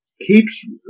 keeps